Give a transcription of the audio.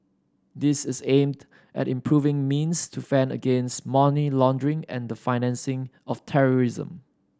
this is aimed at improving means to fend against money laundering and the financing of terrorism